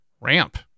ramp